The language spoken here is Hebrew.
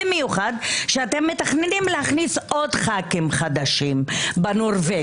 במיוחד שאתם מתכננים להכניס עוד חברי כנסת חדשים בנורבגי.